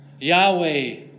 Yahweh